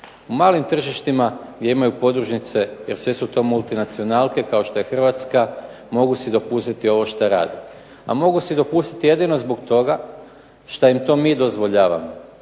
U malim tržištima gdje imaju podružnice jer sve su to multinacionalke kao što je Hrvatska mogu si dopustiti ovo šta rade. A mogu si dopustiti jedino zbog toga što im mi to dozvoljavamo.